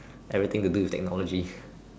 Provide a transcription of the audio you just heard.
everything to do with technology